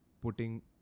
putting